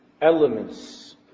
elements